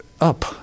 up